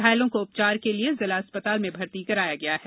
घायलों को उपचार के लिये जिला अस्पताल में भर्ती कराया गया है